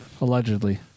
Allegedly